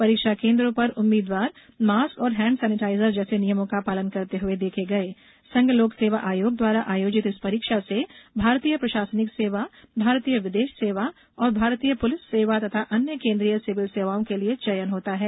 परीक्षा केन्द्रों पर उम्मीदवार मास्क और हैंड सैनिटाइजर जैसे नियमों का पालन करते हुए देखे गए संघ लोक सेवा आयोग द्वारा आयोजित इस परीक्षा से भारतीय प्रशासनिक सेवा भारतीय विदेश सेवा और भारतीय पुलिस सेवा तथा अन्य केन्द्रीय सिविल सेवाओं के लिए चयन होता है